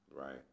right